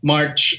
March